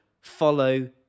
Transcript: follow